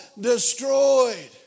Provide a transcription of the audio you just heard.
destroyed